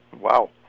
Wow